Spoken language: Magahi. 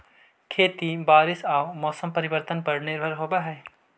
खेती बारिश आऊ मौसम परिवर्तन पर निर्भर होव हई